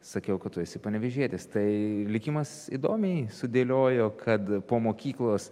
sakiau kad tu esi panevėžietis tai likimas įdomiai sudėliojo kad po mokyklos